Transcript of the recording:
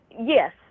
yes